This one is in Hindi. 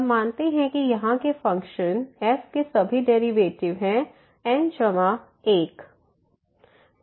हम मानते हैं कि यहाँ के फ़ंक्शन f के सभी डेरिवेटिव हैं n जमा 1 है